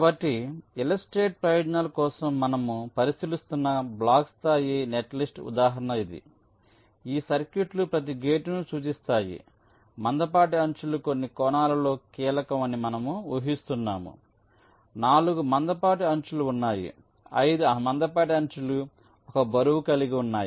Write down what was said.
కాబట్టి ఇలస్ట్రేటివ్ ప్రయోజనాల కోసం మనము పరిశీలిస్తున్న బ్లాక్ స్థాయి నెట్లిస్ట్ ఉదాహరణ ఇది ఈ సర్క్యూట్లు ప్రతి గేటును సూచిస్తాయిమందపాటి అంచులు కొన్ని కోణాలలో కీలకం అని మనము ఊహిస్తున్నాము 4 మందపాటి అంచులు ఉన్నాయి 5 మందపాటి అంచులు 1 బరువు కలిగి ఉన్నాయి